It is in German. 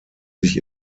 sich